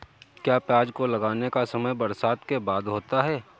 क्या प्याज को लगाने का समय बरसात के बाद होता है?